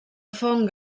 fong